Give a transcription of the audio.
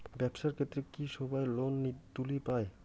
ব্যবসার ক্ষেত্রে কি সবায় লোন তুলির পায়?